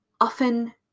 often